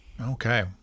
Okay